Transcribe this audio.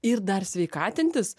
ir dar sveikatintis